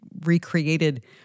recreated